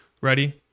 Ready